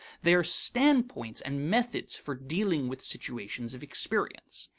they are standpoints and methods for dealing with situations of experience.